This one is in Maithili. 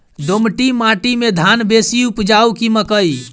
दोमट माटि मे धान बेसी उपजाउ की मकई?